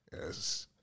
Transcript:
Yes